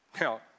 Now